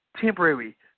temporary